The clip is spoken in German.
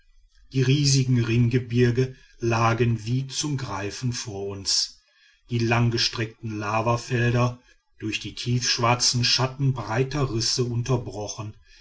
die riesigen ringgebirge lagen wie zum greifen vor uns die langgestreckten lavafelder durch die tiefschwarzen schatten breiter risse unterbrochen